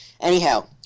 Anyhow